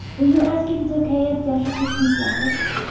will you ask if it's okay if yasha takes some flowers?